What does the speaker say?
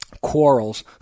quarrels